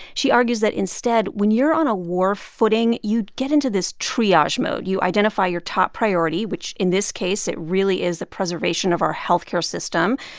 she argues that instead, when you're on a war footing, you get into this triage mode. you identify your top priority which, in this case, it really is the preservation of our health care system.